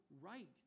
right